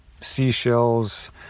seashells